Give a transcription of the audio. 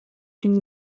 une